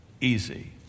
easy